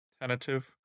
Tentative